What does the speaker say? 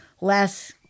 less